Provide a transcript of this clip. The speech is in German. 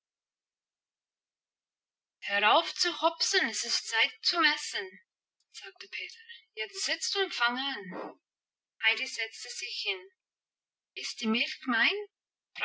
es ist zeit zum essen sagte peter jetzt sitz und fang an heidi setzte sich hin ist die milch mein